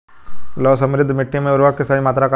लौह समृद्ध मिट्टी में उर्वरक के सही मात्रा का होला?